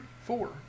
four